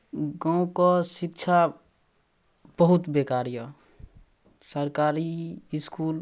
गाँवके शिक्षा बहुत बेकार यऽ सरकारी इसकुल